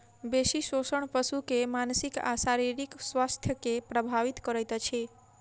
बेसी शोषण पशु के मानसिक आ शारीरिक स्वास्थ्य के प्रभावित करैत अछि